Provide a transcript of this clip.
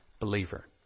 believer